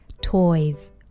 toys